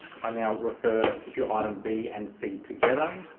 i now refer to items b and c together.